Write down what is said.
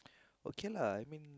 okay lah I mean